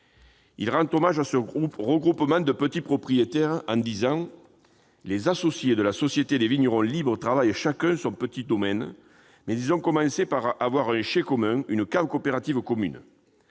a rendu hommage à ce regroupement de petits propriétaires, en disant :« Les associés de la Société des Vignerons libres travaillent chacun leur tout petit domaine, mais ils ont commencé par avoir un chai commun, une cave coopérative commune.